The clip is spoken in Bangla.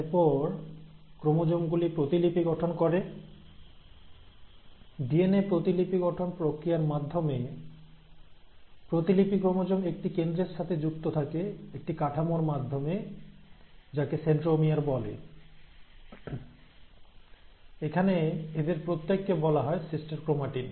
এরপর ক্রোমোজোম গুলি প্রতিলিপি গঠন করে ডিএনএ প্রতিলিপিকরণ প্রক্রিয়ার মাধ্যমে প্রতিলিপি ক্রোমোজোম একটি কেন্দ্রের সাথে যুক্ত থাকে একটি কাঠামোর মাধ্যমে যাকে সেন্ট্রোমিয়ার বলে এখানে এদের প্রত্যেককে বলা হয় সিস্টার ক্রোমাটিড